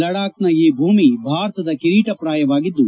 ಲದ್ಗಾಖ್ನ ಈ ಭೂಮಿ ಭಾರತದ ಕಿರೀಟಪ್ರಾಯವಾಗಿದ್ದು